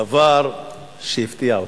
דבר שהפתיע אותי,